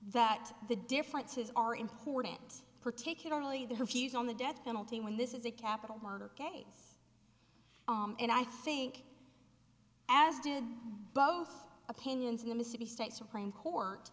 that the differences are important particularly their views on the death penalty when this is a capital murder case and i think as did both opinions in the mississippi state supreme court